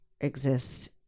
exist